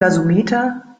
gasometer